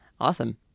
Awesome